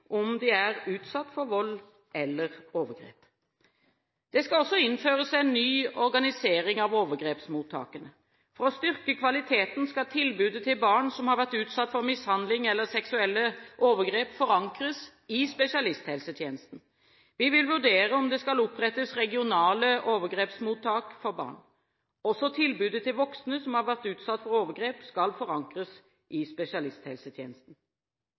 om de er utsatt for vold eller overgrep. Det skal også innføres en ny organisering av overgrepsmottakene. For å styrke kvaliteten skal tilbudet til barn som har vært utsatt for mishandling eller seksuelle overgrep, forankres i spesialisthelsetjenesten. Vi vil vurdere om det skal opprettes regionale overgrepsmottak for barn. Også tilbudet til voksne som har vært utsatt for overgrep, skal forankres i spesialisthelsetjenesten.